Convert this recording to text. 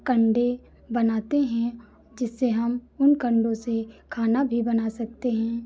कंडे बनाते हैं जिससे हम उन कंडों से खाना भी बना सकते हैं